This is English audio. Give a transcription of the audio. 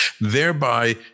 thereby